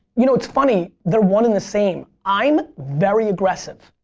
you know it's funny. they're one of the same. i'm very aggressive.